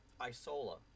Isola